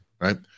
Right